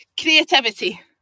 Creativity